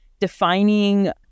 defining